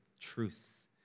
truth